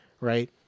right